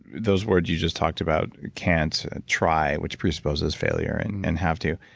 those words you just talked about can't, try which predisposes failure and and have to,